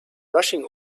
rushing